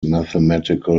mathematical